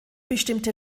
bestimmte